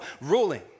ruling